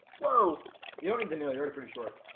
whoa you don't need any already pretty short